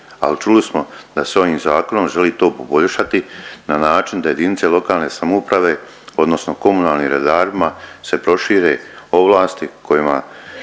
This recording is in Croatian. Ali čuli smo da se ovim zakonom želi to poboljšati na način da jedinice lokalne samouprave, odnosno komunalnim redarima se prošire ovlasti kojima